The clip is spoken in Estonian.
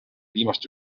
viimast